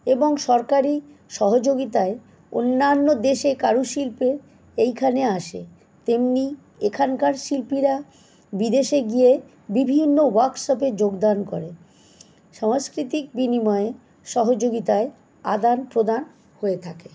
এবং সরকারি সহযোগিতায় অন্যান্য দেশের কারুশিল্পী এইখানে আসে তেমনি এখানকার শিল্পীরা বিদেশে গিয়ে বিভিন্ন ওয়ার্কশপে যোগদান করে সাংস্কৃতিক বিনিময় সহযোগিতার আদানপ্রদান হয়ে থাকে